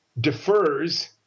defers